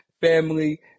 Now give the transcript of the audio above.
family